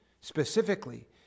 specifically